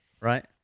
right